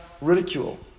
ridicule